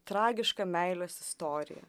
tragiška meilės istorija